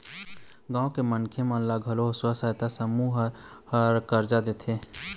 गाँव के मनखे मन ल घलोक स्व सहायता समूह मन ह करजा देथे